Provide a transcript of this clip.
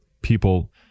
people